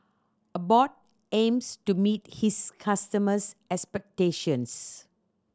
abbott aims to meet its customers' expectations